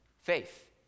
faith